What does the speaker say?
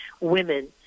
women